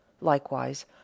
likewise